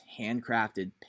handcrafted